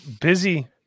Busy